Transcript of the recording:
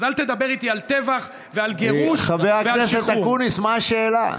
אז אל תדבר איתי על טבח ועל גירוש ועל שחרור.